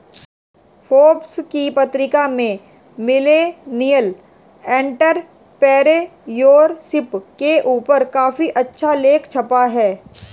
Forbes की पत्रिका में मिलेनियल एंटेरप्रेन्योरशिप के ऊपर काफी अच्छा लेख छपा है